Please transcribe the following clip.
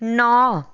नओ